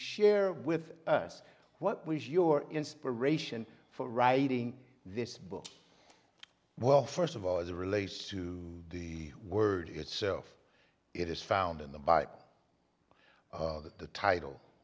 share with us what was your inspiration for writing this book well first of all as a relates to the word itself it is found in the by the t